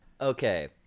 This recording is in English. okay